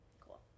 Cool